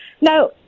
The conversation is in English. Now